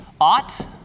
ought